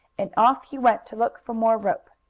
and off he went to look for more rope.